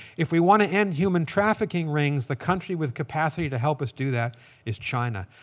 if we want to end human trafficking rings, the country with capacity to help us do that is china.